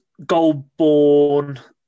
Goldborn